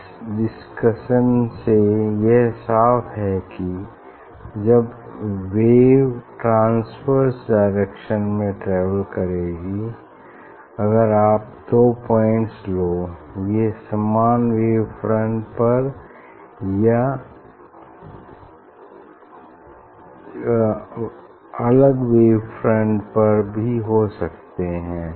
इस डिस्कशन से यह साफ है कि जब वेव ट्रांस्वर्स डायरेक्शन में ट्रेवल करेगी अगर आप दो पॉइंट्स लो ये समान वेव फ्रंट पर या अलग वेव फ्रंट पर भी हो सकते हैं